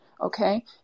okay